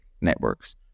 networks